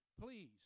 Please